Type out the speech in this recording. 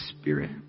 spirit